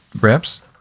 Reps